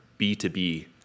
B2B